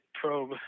probe